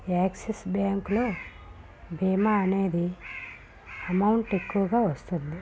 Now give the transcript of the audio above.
axis బ్యాంకులో బీమా అనేది అమౌంట్ ఎక్కువగా వస్తుంది